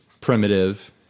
Primitive